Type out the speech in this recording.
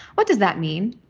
what does that mean?